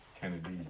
Kennedy